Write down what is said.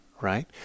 right